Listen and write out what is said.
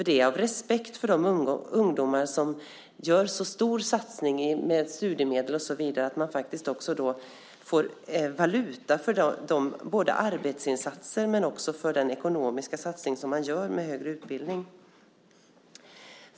Det är av respekt för de ungdomar som gör en så stor satsning med studiemedel. Man måste få valuta för både den arbetsinsats och den ekonomiska satsning som man gör på en högre utbildning.